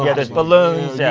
yeah there's balloons. yeah